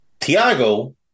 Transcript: Thiago